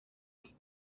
like